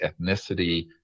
ethnicity